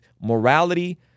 morality